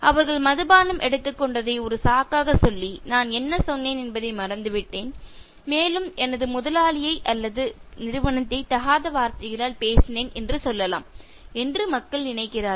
அவர்கள் மதுபானம் எடுத்துக் கொண்டதை ஒரு சாக்காக சொல்லி நான் என்ன சொன்னேன் என்பதை மறந்துவிட்டேன் மேலும் எனது முதலாளியை அல்லது நிறுவனத்தை தகாத வார்த்தைகளால் பேசினேன் என சொல்லலாம் என்று மக்கள் நினைக்கிறார்கள்